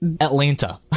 Atlanta